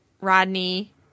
Rodney